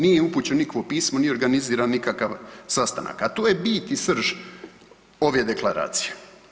Nije upućeno nikakvo pismo, nije organiziran nikakav sastanak, a to je bit i srž ove deklaracije.